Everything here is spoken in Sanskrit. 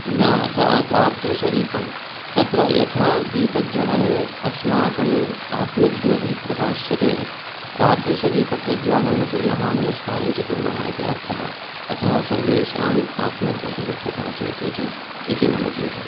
तादृशदीपं तत्र यथा दीपज्ज्वलने अस्माकम् आत्मज्योतिः प्रकाश्यते तादृशदीपप्रज्ज्वालनं कुर्मः नमस्कारञ्च कुर्मः इति अर्थः अतः सर्वेषां आत्मज्योतिः प्रकाशयतु इति मम चिन्तनम्